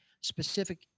specific